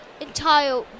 entire